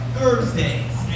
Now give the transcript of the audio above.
Thursdays